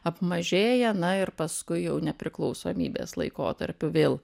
apmažėja na ir paskui jau nepriklausomybės laikotarpiu vėl